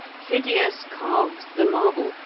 phidias carves the marble,